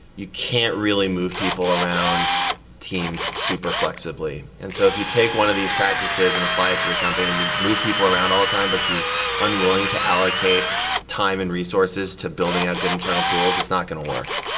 you can't really move people around teams super flexibly. and so if you take one of these practices and apply it to your company, you move people around all time, but you're unwilling to allocate time and resources to building out a good internal tools. it's not going to work.